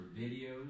videos